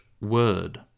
word